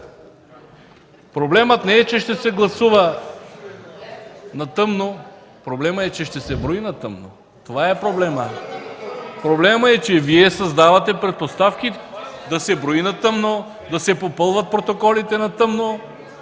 проблемът не е, че ще се гласува на тъмно, проблемът е, че ще се брои на тъмно. (Реплики от ГЕРБ.) Проблемът е, че Вие създавате предпоставки да се брои на тъмно, да се попълват протоколите на тъмно,